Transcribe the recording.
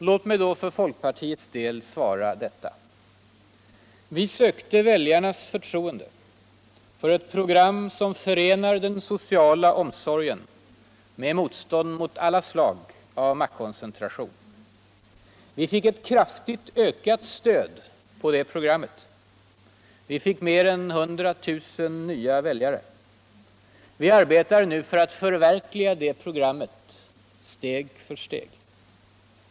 Låt mig då för folkpartiets del svara detta: Vi sökte viljarnas förtroende för eu program som förenar den soctala omsorgen med motstånd mot alla slag av maktkoncentration. Vi fick eu kraftigt ökat stöd på det programmet, vi fick mer än 1600 000 nya väljare. Vi arbetar för att förverkliga det programmet steg för steg.